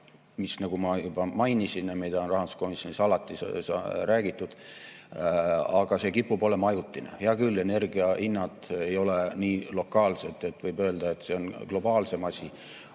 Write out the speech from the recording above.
aga nagu ma juba mainisin ja mida on rahanduskomisjonis alati räägitud, reaalsuses see kipub olema ajutine. Hea küll, energiahinnad ei ole nii lokaalsed, võib öelda, et see on globaalsem asi.